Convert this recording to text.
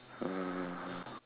uh